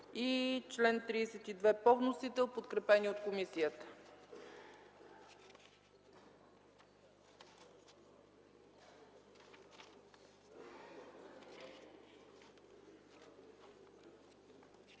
и чл. 32 по вносител, подкрепени от комисията.